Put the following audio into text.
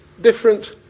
different